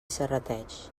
serrateix